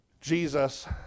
Jesus